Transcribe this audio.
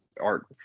art